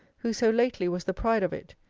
who so lately was the pride of it,